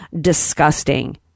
disgusting